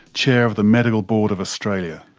chair of the medical board of australia.